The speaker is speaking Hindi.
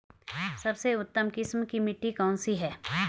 सबसे उत्तम किस्म की मिट्टी कौन सी है?